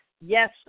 yes